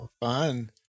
Fun